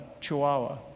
Chihuahua